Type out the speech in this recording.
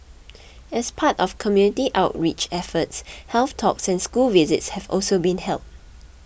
as part of community outreach efforts health talks and school visits have also been held